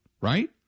right